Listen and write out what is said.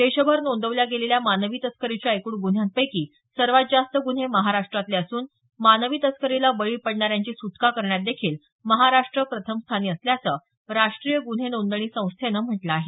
देशभर नोंदवल्या गेलेल्या मानवी तस्करीच्या एकूण गुन्ह्यांपैकी सर्वात जास्त गुन्हे महाराष्ट्रातले असून मानवी तस्करीला बळी पडणाऱ्यांची सुटका करण्यात देखील महाराष्ट्र प्रथम स्थानी असल्याचं राष्ट्रीय गुन्हे नोंदणी संस्थेनं म्हटलं आहे